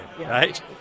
right